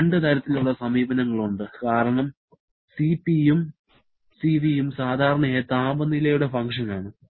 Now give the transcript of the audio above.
രണ്ട് തരത്തിലുള്ള സമീപനങ്ങളുണ്ട് കാരണം Cp യും Cv യും സാധാരണയായി താപനിലയുടെ ഫങ്ക്ഷൻ ആണ്